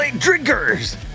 drinkers